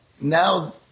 Now